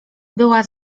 była